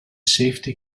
safety